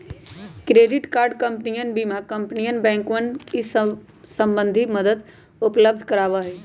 credit card कंपनियन बीमा कंपनियन बैंकवन ई सब संबंधी मदद उपलब्ध करवावा हई